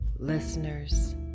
listeners